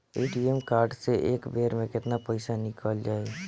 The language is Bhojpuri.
ए.टी.एम कार्ड से एक बेर मे केतना पईसा निकल जाई?